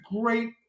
great